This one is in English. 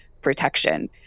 protection